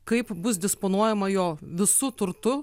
kaip bus disponuojama jo visu turtu